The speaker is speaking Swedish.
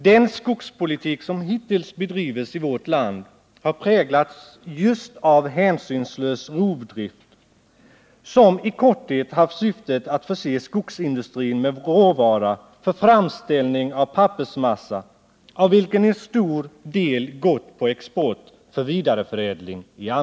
Den skogspolitik som hittills bedrivits i vårt land har präglats just av hänsynslös rovdrift som kort sagt haft syftet att förse skogsindustrier med råvara för framställning av pappersmassa, av vilken en stor del gått på export för vidareförädling.